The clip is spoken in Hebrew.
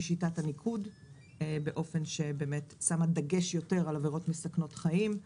שיטת הניקוד באופן ששם דגש יותר על עבירות מסכנות חיים.